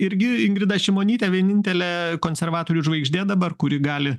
irgi ingrida šimonytė vienintelė konservatorių žvaigždė dabar kuri gali